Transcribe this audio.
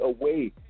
away